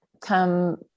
come